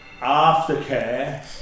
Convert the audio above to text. aftercare